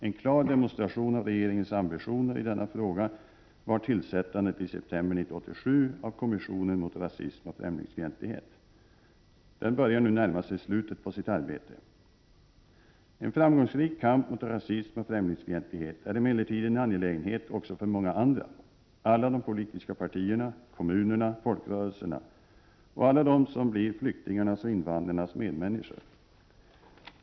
En klar demonstration av regeringens ambitioner i denna fråga var tillsättandet i september 1987 av Kommissionen mot rasism och främlingsfientlighet. Den börjar nu närma sig slutet på sitt arbete. En framgångsrik kamp mot rasism och främlingsfientlighet är emellertid en angelägenhet också för många andra: alla de politiska partierna, kommunerna, folkrörelserna och alla de som blir flyktingarnas och invandrarnas medmänniskor.